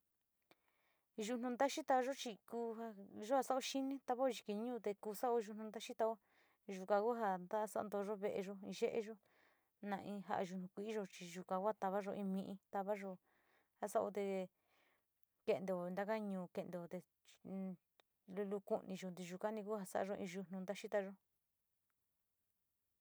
Yunu ntayi tava’yo chi kuu ja sao xini tavao siki ñu´u kuu sao yutnu te na xitao yuka ku ja nta santuuyo veeyo, in yeeyo, na in ja´a yunu kuiyo chi yuka tavayo in mi´i tavayo kasao te tenteo taka ñuu, tenteo te in lulu ku´uniyo suani ku sa´ayo in yutnu ta xitayo.